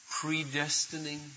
predestining